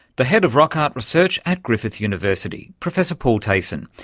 the head of rock art research at griffith university, professor paul tacon.